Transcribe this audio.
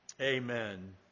Amen